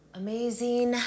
amazing